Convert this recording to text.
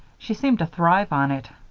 she seemed to thrive on it,